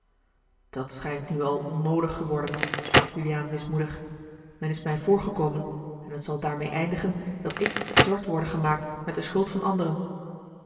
dat schijnt nu al onnoodig geworden sprak juliaan mismoedig men is mij voorgekomen en het zal daarmeê eindigen dat ik zwart worde gemaakt met de schuld van anderen